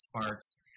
Sparks